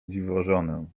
dziwożonę